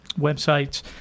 websites